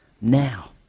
now